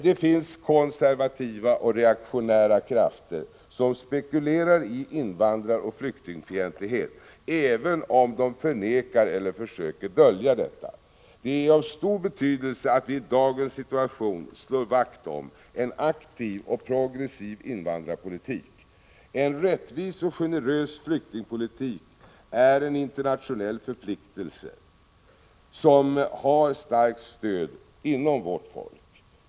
Det finns konservativa och reaktionära krafter som spekulerar i invandraroch flyktingfientlighet, även om de förnekar eller försöker dölja detta. Det är av stor betydelse att vi i dagens situation slår vakt om en aktiv och progressiv invandrarpolitik. En rättvis och generös flyktingpolitik är en internationell förpliktelse, som har starkt stöd inom vårt folk.